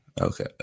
Okay